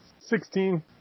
sixteen